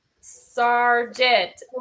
Sergeant